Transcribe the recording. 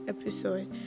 episode